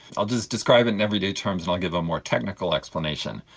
i'll just describe it in everyday terms and i'll give a more technical explanation.